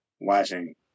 watching